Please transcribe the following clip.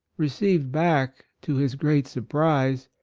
received back, to his great surprise,